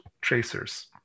tracers